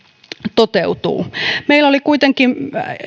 toteutuu meillä oli kuitenkin